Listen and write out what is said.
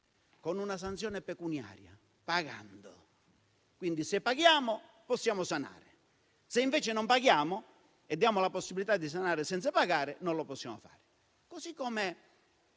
Con una sanzione pecuniaria, pagando. Quindi, se paghiamo, possiamo sanare; se invece non paghiamo e diamo la possibilità di sanare senza pagare, non lo possiamo fare.